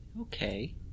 Okay